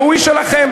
והוא איש שלכם,